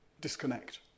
disconnect